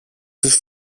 τους